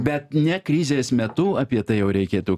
bet ne krizės metu apie tai jau reikėtų